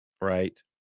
right